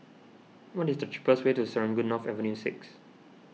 what is the cheapest way to Serangoon North Avenue six